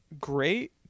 great